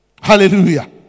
Hallelujah